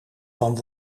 van